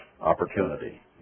opportunity